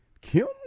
kim